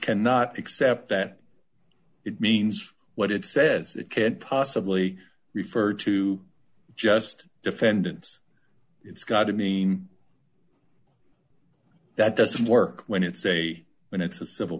cannot accept that it means what it says it can't possibly refer to just defendants it's got to mean that doesn't work when it's a when it's a civil